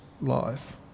life